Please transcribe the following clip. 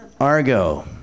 Argo